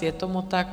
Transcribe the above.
Je tomu tak.